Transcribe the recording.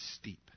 steep